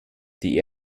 die